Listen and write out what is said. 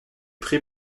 pré